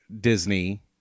Disney